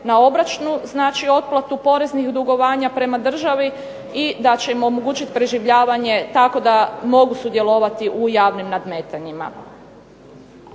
na obročnu otplatu poreznih dugovanja prema državi i da će im omogućiti preživljavanje tako da mogu sudjelovati u javnim nadmetanjima.